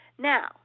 Now